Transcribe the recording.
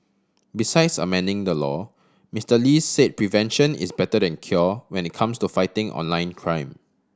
besides amending the law Mister Lee said prevention is better than cure when it comes to fighting online crime